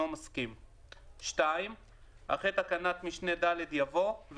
מסכים."; אחרי תקנת משנה (ד) יבוא: